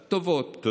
טובות.